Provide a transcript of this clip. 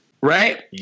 Right